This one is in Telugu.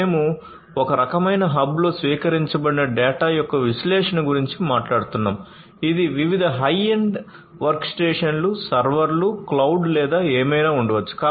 మేము ఒక రకమైన హబ్లో స్వీకరించబడిన డేటా యొక్క విశ్లేషణ గురించి మాట్లాడుతున్నాము ఇది వివిధ హై ఎండ్ వర్క్స్టేషన్లు సర్వర్లు క్లౌడ్ లేదా ఏమైనా ఉండవచ్చు